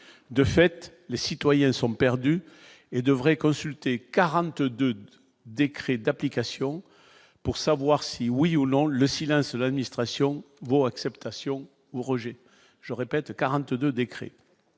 de fait, les citoyens sont perdus et devrait consulter 42 décrets d'application pour savoir si oui ou non, le Style, un seul administration vaut acceptation ou Roger, je répète 42 décrets